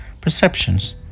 perceptions